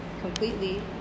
completely